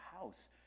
house